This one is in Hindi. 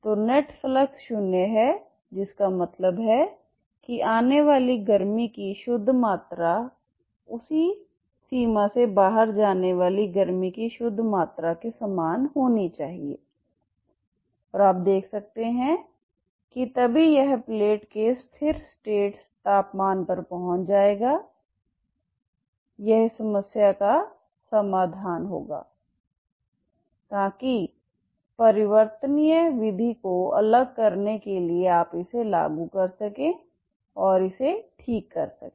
तो नेट फ्लक्स शून्य है जिसका मतलब है कि आने वाली गर्मी की शुद्ध मात्रा उसी सीमा से बाहर जाने वाली गर्मी की शुद्ध मात्रा के समान होनी चाहिए और आप देख सकते हैं कि तभी यह प्लेट के स्थिर स्टेट तापमान तक पहुंच जाएगा यह इस समस्या का समाधान होगा ताकि परिवर्तनीय विधि को अलग करने के लिए आप इसे लागू कर सकें और इसे ठीक कर सकें